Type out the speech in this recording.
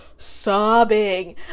sobbing